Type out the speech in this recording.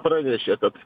pranešė kad